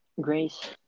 Grace